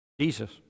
Jesus